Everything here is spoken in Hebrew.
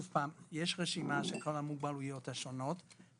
יש רשימה של כל המוגבלויות השונות,